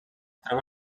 troba